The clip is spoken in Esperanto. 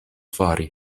fari